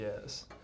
Yes